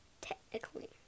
Technically